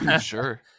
Sure